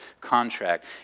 contract